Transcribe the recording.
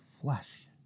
flesh